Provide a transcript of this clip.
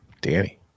Danny